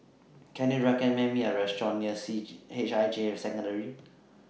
Can YOU recommend Me A Restaurant near C H I J Secondary